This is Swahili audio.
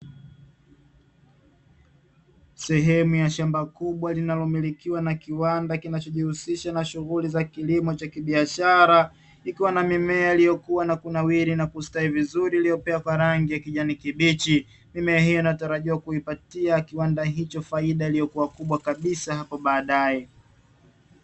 Sehemu ya shamba kubwa linalomilikiwa na kiwanda kinachojihusisha na shughuli za kilimo cha kibiashara, ikiwa na mimea kuwa na kunawiri na kustawi vizuri iliyopea kwa rangi kijani kibichi, mimea hii inatarajia kuipatia faida iliyoko kubwa kabisa kwa baadae.